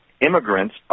immigrants